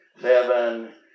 seven